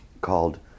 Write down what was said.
called